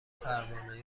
پروانه